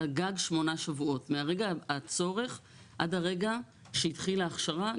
עד גג שמונה שבועות מרגע הצורך עד הרגע שהתחילה ההכשרה.